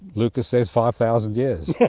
lukas says, five thousand years.